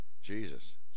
Jesus